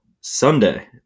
Sunday